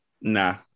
nah